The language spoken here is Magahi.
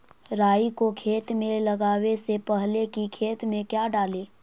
राई को खेत मे लगाबे से पहले कि खेत मे क्या डाले?